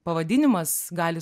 pavadinimas gali